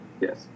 Yes